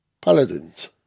Paladins